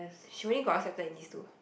she only got accepted in these two